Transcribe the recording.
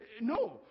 no